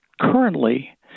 currently